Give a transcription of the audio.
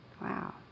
Wow